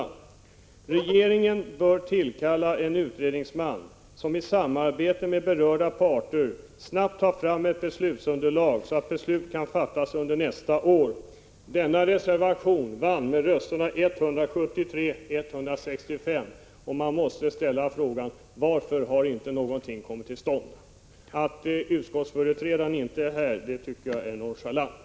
Där står bl.a. följande: ”Regeringen bör tillkalla en utredningsman, som i samarbete med berörda parter snabbt tar fram ett beslutsunderlag, så att beslut kan fattas under nästa år.” Denna reservation vann med rösterna 173 mot 165. Man måste fråga sig: Varför har inte någonting kommit till stånd? Att utskottsmajoritetens företrädare inte är här tycker jag är nonchalant.